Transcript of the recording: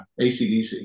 ACDC